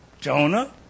Jonah